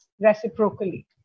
reciprocally